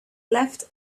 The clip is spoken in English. left